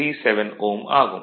37 Ω ஆகும்